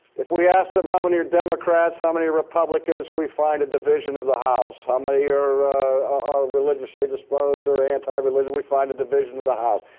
if we asked them how many are democrats, how many are republicans, we find a division of the house. how many here are religiously disposed or anti-religion, we find a division of the house.